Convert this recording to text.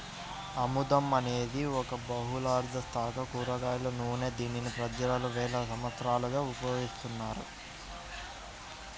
ఆముదం అనేది ఒక బహుళార్ధసాధక కూరగాయల నూనె, దీనిని ప్రజలు వేల సంవత్సరాలుగా ఉపయోగిస్తున్నారు